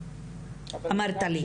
אמרת לי.